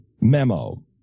memo